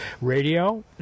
radio